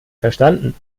verstanden